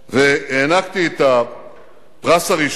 והענקתי את הפרס הראשון